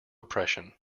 oppression